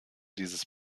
dieses